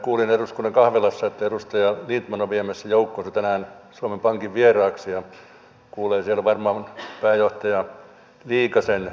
kuulin eduskunnan kahvilassa että edustaja lindtman on viemässä joukkonsa tänään suomen pankin vieraaksi ja kuulee siellä varmaan pääjohtaja liikasen faktat